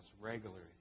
regularly